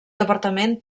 departament